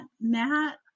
Matt